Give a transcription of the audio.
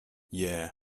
yeah